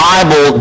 Bible